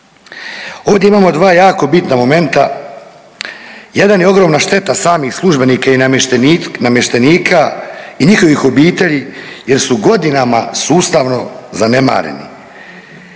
Ovdje imamo dva jako bitna momenta, jedan je ogromna šteta samih službenika i namještenika i njihovih obitelji jer su godinama sustavno zanemareni,